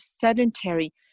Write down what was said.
sedentary